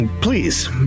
please